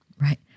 Right